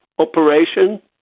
Operation